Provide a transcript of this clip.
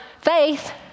faith